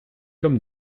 comme